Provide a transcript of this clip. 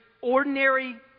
ordinary